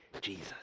Jesus